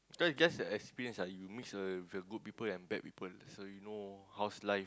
cause it's just an experience ah you mix with uh good and bad people so you know how's life